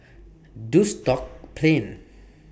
Duxton Plain